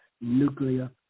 nuclear